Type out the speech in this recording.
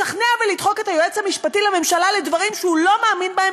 לשכנע ולדחוק את היועץ המשפטי לממשלה לדברים שהוא לא מאמין בהם,